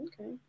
Okay